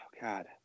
god